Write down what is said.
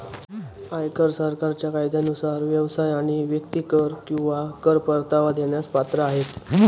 आयकर सरकारच्या कायद्यानुसार व्यवसाय आणि व्यक्ती कर किंवा कर परतावा देण्यास पात्र आहेत